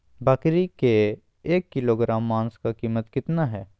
बकरी के एक किलोग्राम मांस का कीमत कितना है?